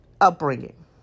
upbringing